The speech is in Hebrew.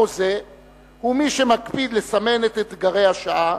החוזה הוא מי שמקפיד לסמן את אתגרי השעה